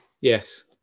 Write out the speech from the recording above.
yes